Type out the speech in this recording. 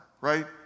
right